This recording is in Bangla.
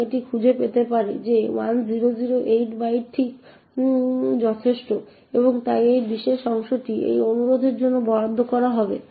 এবং এটি খুঁজে পেতে পারে যে 1008 বাইট ঠিক যথেষ্ট এবং তাই এই বিশেষ অংশটি সেই অনুরোধের জন্য বরাদ্দ করা হবে